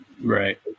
right